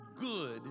good